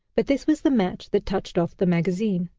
but this was the match that touched off the magazine.